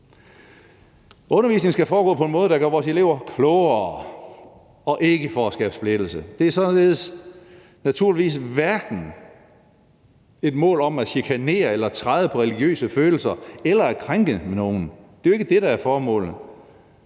Undervisningen skal foregå på en måde, der gør vores elever klogere, og ikke for at skabe splittelse. Det er således naturligvis hverken et mål at chikanere eller træde på religiøse følelser eller at krænke nogen – det er jo ikke det, der er formålet.